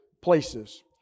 places